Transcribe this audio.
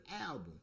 album